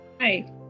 Hi